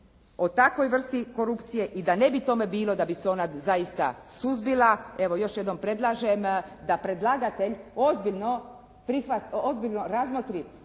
o takvoj vrsti korupcije i da ne bi tome bilo, da bi se ona zaista suzbila. Evo još jednom predlažem da predlagatelj ozbiljno razmotri